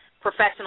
professional